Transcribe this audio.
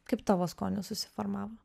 kaip tavo skonis susiformavo